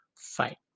fight